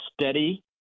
steady